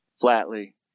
flatly